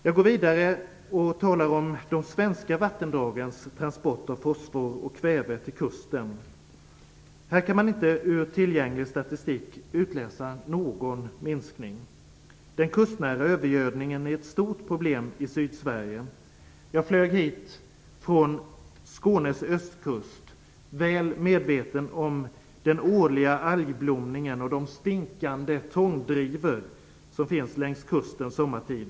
Jag går vidare till att tala om de svenska vattendragens transport av fosfor och kväve till kusten. Här kan man inte ur tillgänglig statistik utläsa någon minskning. Den kustnära övergödningen är ett stort problem i Sydsverige. Jag flög hit från Skånes östkust väl medveten om den årliga algblommningen och de stinkande tångdrivor som finns längs kusten sommartid.